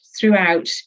throughout